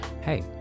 Hey